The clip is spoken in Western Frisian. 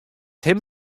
him